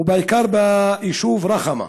ובעיקר ביישוב רכמה.